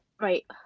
right